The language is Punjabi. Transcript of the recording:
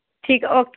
ਠੀਕ ਹੈ ਓਕੇ